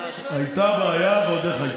הייתה בעיה ועוד איך הייתה.